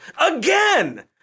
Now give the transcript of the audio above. again